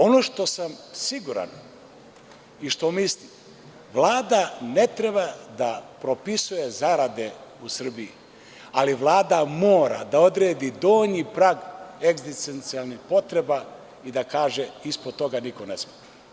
Ono što sam siguran i što mislim, Vlada ne treba da propisuje zarade u Srbiji, ali Vlada mora da odredi donji prag egzistencijalnih potreba i da kaže – ispod toga niko ne sme.